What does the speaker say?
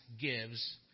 gives